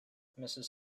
mrs